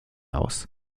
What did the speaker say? aus